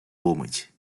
ломить